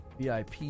VIP